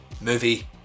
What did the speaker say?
movie